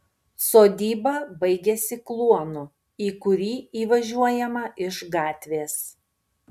sodyba baigiasi kluonu į kurį įvažiuojama iš gatvės